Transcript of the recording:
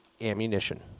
Ammunition